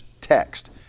text